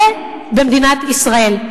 זה, במדינת ישראל.